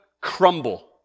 crumble